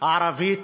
הערבית